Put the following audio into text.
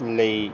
ਲਈ